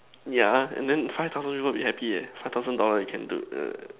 yeah and then five thousand people will be happy eh five thousand dollar you can do